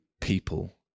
people